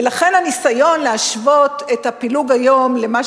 ולכן הניסיון להשוות את הפילוג היום למה